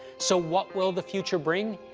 so what will the future bring?